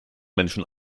menschen